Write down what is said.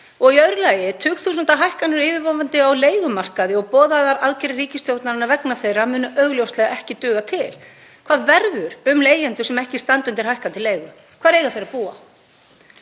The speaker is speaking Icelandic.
Og í öðru lagi: Tugþúsundahækkanir eru yfirvofandi á leigumarkaði og boðaðar aðgerðir ríkisstjórnarinnar vegna þeirra munu augljóslega ekki duga til. Hvað verður um leigjendur sem ekki standa undir hækkandi leigu? Hvar eiga þeir að búa?